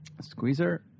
Squeezer